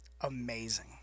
amazing